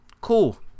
Cool